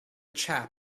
chap